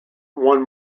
won